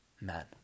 Man